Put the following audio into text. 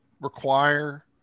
require